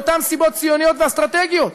מאותן סיבות ציוניות ואסטרטגיות,